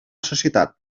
societat